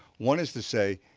one is to say